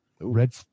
Red